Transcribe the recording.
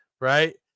right